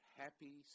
happy